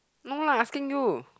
no lah asking you